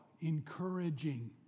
Encouraging